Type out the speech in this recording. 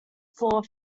floor